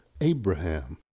Abraham